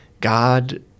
God